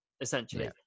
essentially